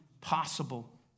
possible